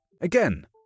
Again